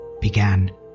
began